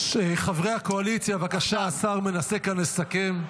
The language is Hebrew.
חברי הקואליציה, בבקשה, השר מנסה כאן לסכם.